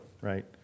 right